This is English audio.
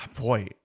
boy